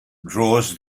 draws